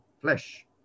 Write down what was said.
flesh